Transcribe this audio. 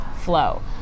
flow